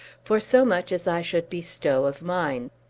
for so much as i should bestow of mine.